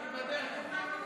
היא מוותרת.